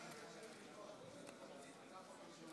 לקריאה שנייה